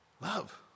Love